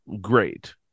great